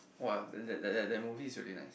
!wah! that that that that movie is really nice